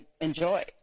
enjoy